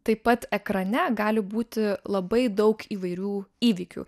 taip pat ekrane gali būti labai daug įvairių įvykių